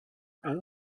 and